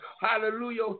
Hallelujah